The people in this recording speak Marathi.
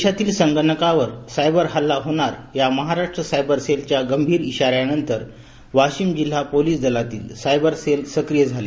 देशातील संगणकावर सायबर हल्ला होणार या महाराष्ट्र सायबर सेलच्या गंभीर इशाऱ्यानंतर वाशिम जिल्हा पोलीस दलातील सायबर सेल सक्रिय झाले